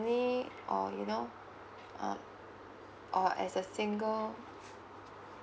family or you know uh or as a single